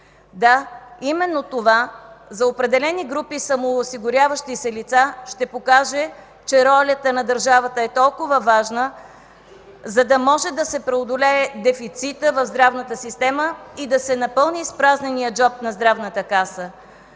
Да, именно това за определени групи самоосигуряващи се лица ще покаже, че ролята на държавата е толкова важна, за да може да се преодолее дефицитът в здравната система и да се напълни изпразненият джоб на Здравната каса.